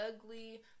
ugly